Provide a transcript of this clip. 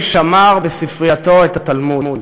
הגישה הזאת סללה את הדרך להצהרת בלפור,